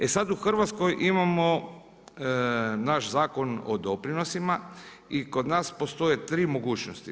E sad u Hrvatskoj imamo naš Zakon o doprinosima i kod nas postoje tri mogućnosti.